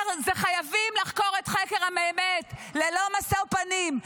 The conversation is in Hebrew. שחייבים להגיע לחקר האמת ללא משוא פנים.